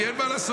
כי אין מה לעשות,